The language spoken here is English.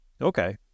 Okay